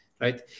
right